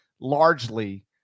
largely